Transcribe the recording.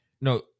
No